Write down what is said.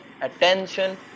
attention